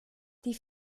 die